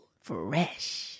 Fresh